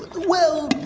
well. oh,